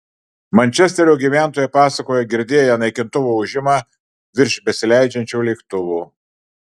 mančesterio gyventojai pasakoja girdėję naikintuvo ūžimą virš besileidžiančio lėktuvo